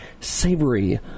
Savory